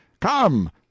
come